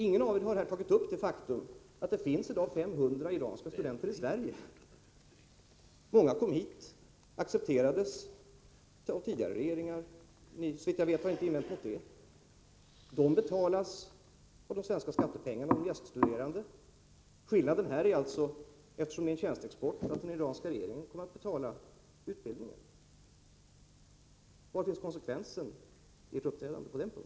Ingen av talarna har här tagit upp det faktum att det i dag finns 500 iranska studenter i Sverige. Många kom hit och accepterades under tidigare regeringar. De betalas med svenska skattepengar som gäststuderande. Skillnaden nu är, att eftersom det gäller en tjänsteexport kommer den = Nr 17 iranska regeringen att betala utbildningen. Var finns konsekvensen i ert